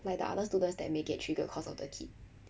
like the other students that may get triggered cause of the kid